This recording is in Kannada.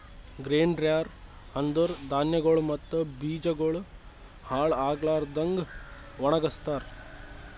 ಗ್ರೇನ್ ಡ್ರ್ಯೆರ ಅಂದುರ್ ಧಾನ್ಯಗೊಳ್ ಮತ್ತ ಬೀಜಗೊಳ್ ಹಾಳ್ ಆಗ್ಲಾರದಂಗ್ ಒಣಗಸ್ತಾರ್